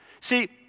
See